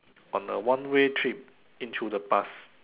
on a one way trip into the past